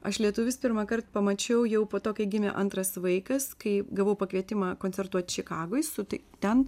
aš lietuvis pirmąkart pamačiau jau po to kai gimė antras vaikas kai gavau pakvietimą koncertuot čikagoj su tai ten